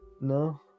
No